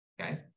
Okay